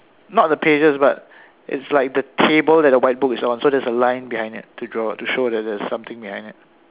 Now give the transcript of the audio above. not the pages but it's like the table that the white book is on so there's a line behind it to draw to show that there's something behind it